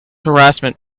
harassment